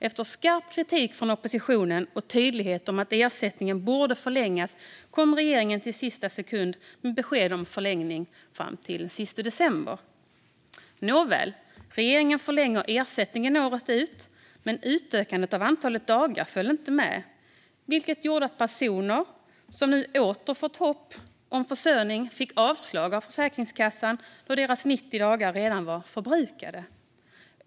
Efter skarp kritik från oppositionen och tydlighet om att ersättningen borde förlängas kom regeringen i sista sekunden med besked om förlängning till den 31 december. Nåväl - regeringen förlängde ersättningen året ut. Utökandet av antalet dagar följde dock inte med, vilket gjorde att personer som nu åter fått hopp om försörjning fick avslag från Försäkringskassan då deras 90 dagar redan var förbrukade.